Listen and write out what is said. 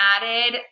added